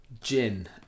Gin